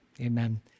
Amen